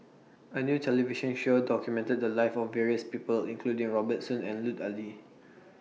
A New television Show documented The Lives of various People including Robert Soon and Lut Ali